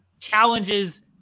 challenges